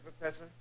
Professor